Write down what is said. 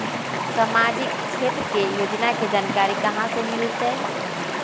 सामाजिक क्षेत्र के योजना के जानकारी कहाँ से मिलतै?